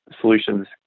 solutions